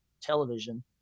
television